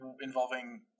involving